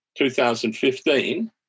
2015